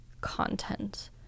content